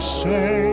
say